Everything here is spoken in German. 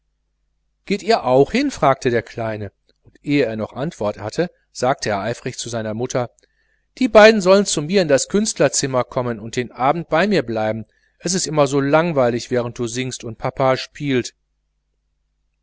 geht ihr auch hin fragte der kleine und ehe er noch antwort hatte sagte er eifrig zu seiner mutter die beiden sollen zu mir in das künstlerzimmer kommen und den abend bei mir bleiben es ist immer so langweilig während du singst und papa spielt